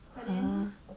ya